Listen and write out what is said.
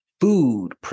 food